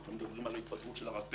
אנחנו מדברים על ההתפטרות של הרב פרץ,